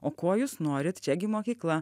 o ko jūs norit čiagi mokykla